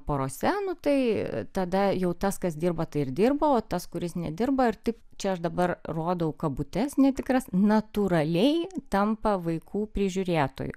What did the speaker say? porose nu tai tada jau tas kas dirba tai ir dirba o tas kuris nedirba ar taip čia aš dabar rodau kabutes netikras natūraliai tampa vaikų prižiūrėtoju